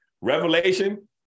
Revelation